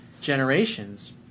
generations